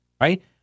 right